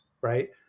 right